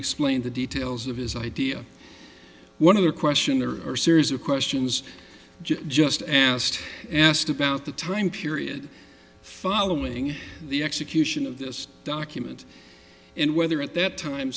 explained the details of his idea one of the question there are series of questions just asked asked about the time period following the execution of this document and whether at that time